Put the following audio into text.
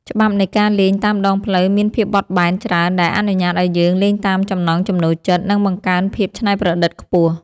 ច្បាប់នៃការលេងតាមដងផ្លូវមានភាពបត់បែនច្រើនដែលអនុញ្ញាតឱ្យយើងលេងតាមចំណង់ចំណូលចិត្ត និងបង្កើនភាពច្នៃប្រឌិតខ្ពស់។